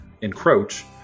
encroach